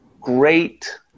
great